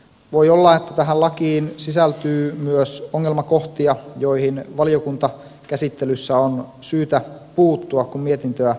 voi olla että tähän lakiin sisältyy myös ongelmakohtia joihin valiokuntakäsittelyssä on syytä puuttua kun mietintöä tehdään